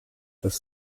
des